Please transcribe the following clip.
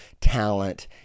talent